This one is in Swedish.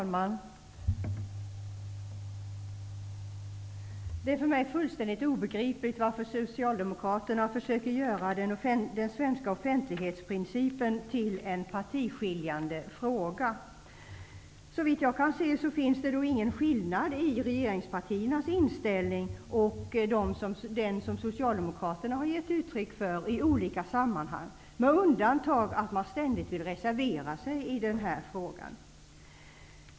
Herr talman! Det är för mig fullständigt obegripligt varför Socialdemokraterna försöker göra den svenska offentlighetsprincipen till en partiskiljande fråga. Såvitt jag kan se finns det inte någon skillnad mellan regeringspartiernas inställning och den som Socialdemokraterna har gett uttryck för i olika sammanhang, med undantag för att man ständigt vill reservera sig i denna fråga.